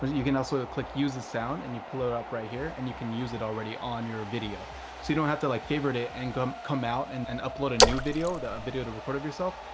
but you can also click, use the sound, and you pull it up right here, and you can use it already on your video. so you don't have to like favorite it and come come out and and upload a new video, the video to record of yourself.